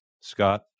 scott